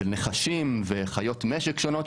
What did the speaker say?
אצל נחשים וחיות משק שונות,